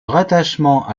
rattachement